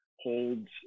holds